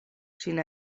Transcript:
ŝin